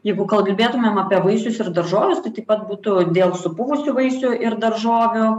jeigu kalbėtumėm apie vaisius ir daržoves tai taip pat būtų dėl supuvusių vaisių ir daržovių